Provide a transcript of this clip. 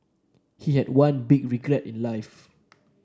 he had one big regret in life